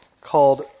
called